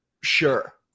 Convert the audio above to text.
sure